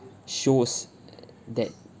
shows err that